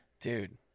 Dude